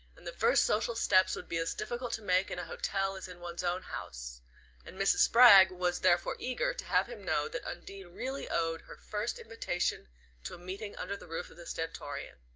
and the first social steps would be as difficult to make in a hotel as in one's own house and mrs. spragg was therefore eager to have him know that undine really owed her first invitation to a meeting under the roof of the stentorian.